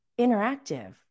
interactive